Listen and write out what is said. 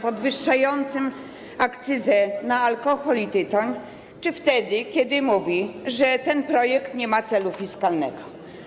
podwyższającym akcyzę na alkohol i tytoń, czy wtedy, kiedy mówi, że ten projekt nie ma celu fiskalnego?